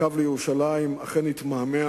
הקו לירושלים אכן התמהמה,